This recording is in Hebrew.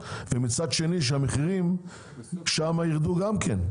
מצד אחד להגיע ומצד שני שהמחירים שם ירדו גם כן?